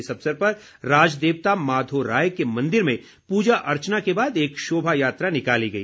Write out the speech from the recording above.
इस अवसर पर राज देवता माधोराय के मंदिर में पूजा अर्चना के बाद एक शोभा यात्रा निकाली गई